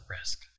risk